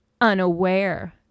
unaware